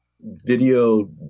Video